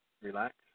Relax